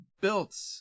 built